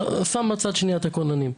שם בצד שנייה את הכוננים,